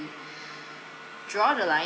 draw the line